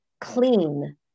clean